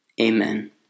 Amen